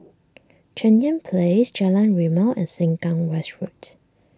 Cheng Yan Place Jalan Rimau and Sengkang West Road